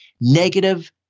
negative